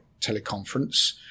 teleconference